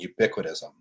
ubiquitism